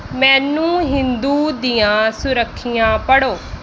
ਮੈਨੂੰ ਹਿੰਦੂ ਦੀਆਂ ਸੁਰਖੀਆਂ ਪੜ੍ਹੋ